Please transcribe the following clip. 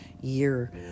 year